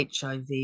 HIV